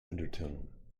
undertone